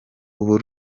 ubu